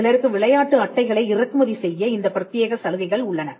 சிலருக்கு விளையாட்டு அட்டைகளை இறக்குமதி செய்ய இந்த பிரத்தியேக சலுகைகள் உள்ளன